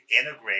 integrate